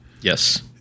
Yes